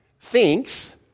thinks